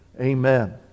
Amen